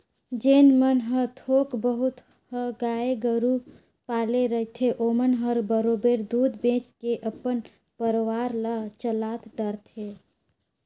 जेन मन ह थोक बहुत ह गाय गोरु पाले रहिथे ओमन ह बरोबर दूद बेंच के अपन परवार ल चला डरथे